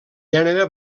gènere